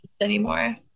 anymore